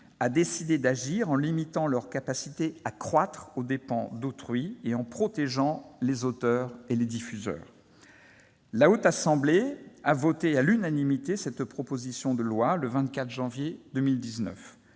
a décidé d'agir en limitant leur capacité à croître aux dépens d'autrui et en protégeant les auteurs et leurs diffuseurs. La Haute Assemblée a adopté à l'unanimité cette proposition de loi le 24 janvier